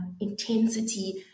intensity